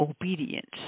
obedience